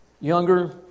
younger